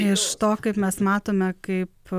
iš to kaip mes matome kaip